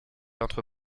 entre